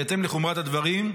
בהתאם לחומרת הדברים,